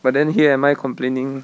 but then here am I complaining